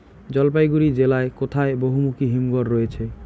জলপাইগুড়ি জেলায় কোথায় বহুমুখী হিমঘর রয়েছে?